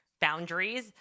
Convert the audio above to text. boundaries